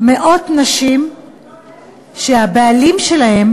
מאות נשים שהבעלים שלהן